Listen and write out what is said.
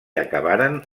acabaren